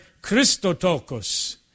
Christotokos